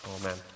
Amen